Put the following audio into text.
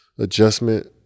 Adjustment